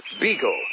beagle